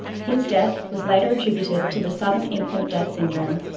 his death was later attributed to the sudden infant death syndrome,